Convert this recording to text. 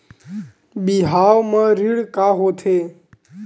बिहाव म ऋण का होथे?